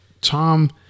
Tom